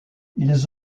ils